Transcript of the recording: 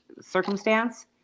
circumstance